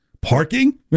Parking